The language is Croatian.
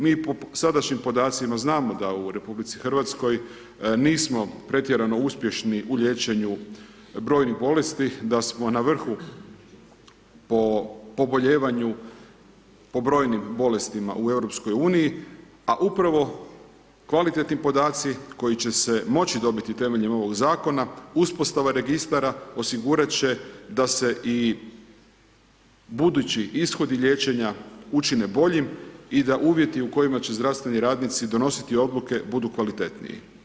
Mi po sadašnjim podacima znamo da u RH nismo pretjerano uspješni u liječenju brojnih bolesti, da smo na vrhu po poboljevanju, po brojnim bolestima u EU, a upravo kvalitetni podaci koji će se moći dobiti temeljem ovog Zakona, uspostava registara osigurat će da se i budući ishodi liječenja učine boljim i da uvjeti u kojima će zdravstveni radnici donositi odluke, budu kvalitetniji.